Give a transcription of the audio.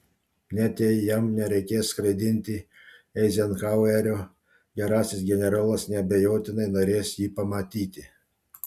net jei jam nereikės skraidinti eizenhauerio gerasis generolas neabejotinai norės jį pamatyti